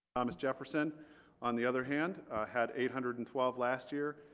thomas jefferson on the other hand had eight hundred and twelve last year.